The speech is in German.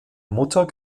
mutter